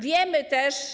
Wiemy też.